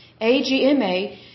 AGMA